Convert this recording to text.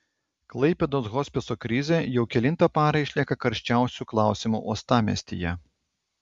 klaipėdos hospiso krizė jau kelintą parą išlieka karščiausiu klausimu uostamiestyje